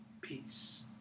peace